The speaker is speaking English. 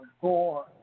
Gore